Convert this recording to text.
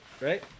right